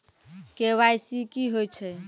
KYC की होय छै?